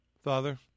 Father